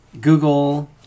Google